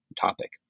topic